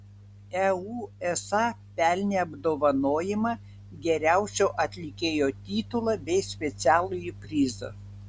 eusa pelnė apdovanojimą geriausio atlikėjo titulą bei specialųjį prizą